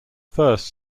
first